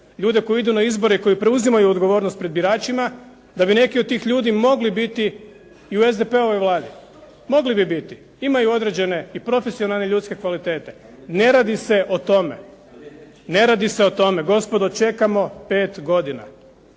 ljude koji idu na izbore i koji preuzimaju odgovornost pred biračima, da bi neki od tih ljudi mogli biti i u SDP-ovoj Vladi. Mogli bi biti. Imaju određene i profesionalne ljudske kvalitete. Ne radi se o tome. Ne radi se o tome. Gospodo, čekamo 5 godina.